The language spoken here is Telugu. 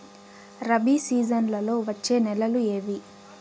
రబి సీజన్లలో వచ్చే నెలలు ఏవి?